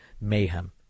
mayhem